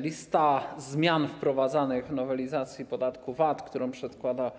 Lista zmian wprowadzanych w nowelizacji podatku VAT, którą przedkłada